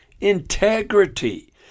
integrity